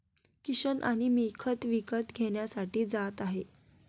किशन आणि मी खत विकत घेण्यासाठी जात आहे